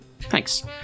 Thanks